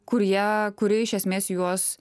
kur jie kuri iš esmės juos